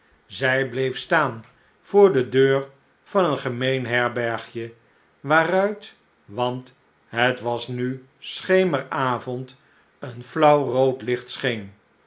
zij bleef staan voor de deur van een gemeen herbergje waaruit want het was nu schemeravond een flauw rood licht